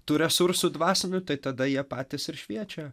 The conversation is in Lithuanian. tų resursų dvasinių tai tada jie patys ir šviečia